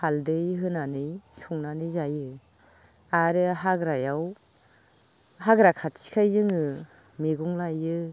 हालदै होनानै संनानै जायो आरो हाग्रायाव हाग्रा खाथिखाय जोङो मैगं लायो